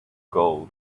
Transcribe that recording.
gold